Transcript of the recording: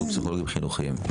שירותים פסיכולוגיים חינוכיים.